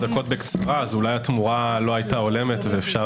בקצרה אז אולי התמורה לא הייתה הולמת ואפשר